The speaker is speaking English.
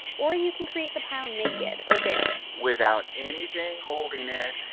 or or you can create the pile naked or bare without anything holding it,